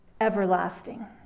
everlasting